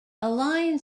align